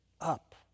up